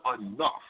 enough